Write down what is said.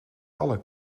alle